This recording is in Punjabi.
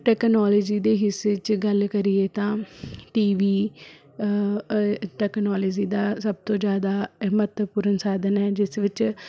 ਟੈਕਨੋਲਜੀ ਦੇ ਹਿੱਸੇ 'ਚ ਗੱਲ ਕਰੀਏ ਤਾਂ ਟੀ ਵੀ ਟੈਕਨੋਲਜੀ ਦਾ ਸਭ ਤੋਂ ਜ਼ਿਆਦਾ ਮਹੱਤਵਪੂਰਨ ਸਾਧਨ ਹੈ ਜਿਸ ਵਿੱਚ